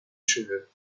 cheveux